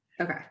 okay